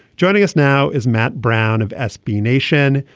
joining us now is matt brown of sb nation.